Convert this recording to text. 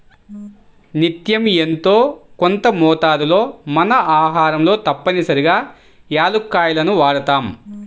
నిత్యం యెంతో కొంత మోతాదులో మన ఆహారంలో తప్పనిసరిగా యాలుక్కాయాలను వాడతాం